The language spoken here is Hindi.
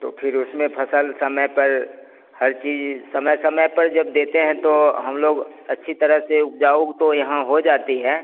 तो फिर उसमें फसल समय पर हर चीज समय समय पर जब देते हैं तो हम लोग अच्छी तरह से उपजाऊ तो यहाँ हो जाती है